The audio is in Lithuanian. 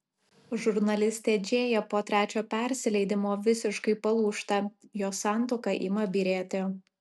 žurnalistė džėja po trečio persileidimo visiškai palūžta jos santuoka ima byrėti